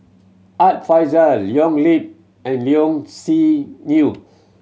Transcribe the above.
Art Fazil Leo Yip and Low Siew Nghee